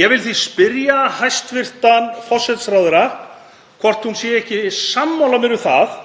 Ég vil því spyrja hæstv. forsætisráðherra hvort hún sé ekki sammála mér um það